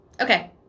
Okay